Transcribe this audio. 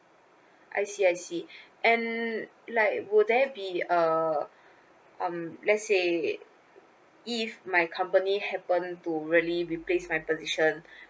I see I see and like will there be uh um let's say if my company happen to really replace my position